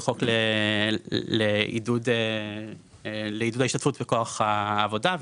זהו חוק לעידוד ההשתתפות בכוח העבודה,